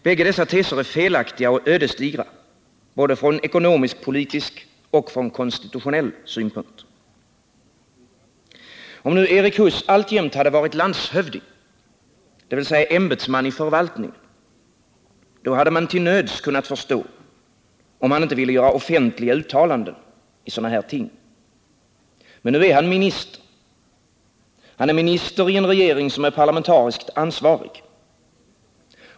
Bägge dessa teser är felaktiga och ödesdigra såväl från ekonomisk-politisk som från konstitutionell synpunkt. Om Erik Huss alltjämt hade varit landshövding, dvs. ämbetsman i förvaltningen, då hade man till nöds kunnat förstå att han inte ville göra offentliga uttalanden i sådana här ting. Men nu är han minister. Han är minister i en regering som är parlamentariskt ansvarig.